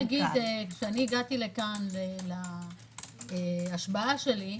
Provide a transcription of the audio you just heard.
כשהגעתי לכאן להשבעה שלי,